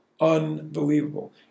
Unbelievable